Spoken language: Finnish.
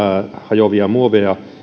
hajoavia muoveja